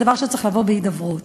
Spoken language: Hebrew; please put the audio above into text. זה דבר שצריך לבוא בהידברות.